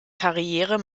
karriere